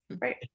Right